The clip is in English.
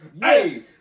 Hey